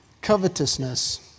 covetousness